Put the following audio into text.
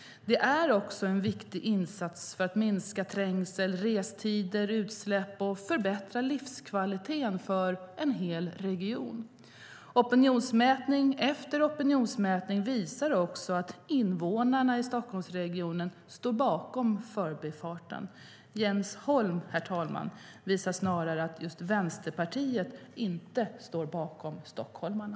Det är också en viktig insats för att minska trängsel, restider och utsläpp och förbättra livskvaliteten för en hel region. Opinionsmätning efter opinionsmätning visar att invånarna i Stockholmsregionen står bakom Förbifarten. Jens Holm visar snarare att Vänsterpartiet inte står bakom stockholmarna.